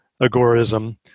agorism